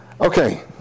okay